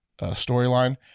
storyline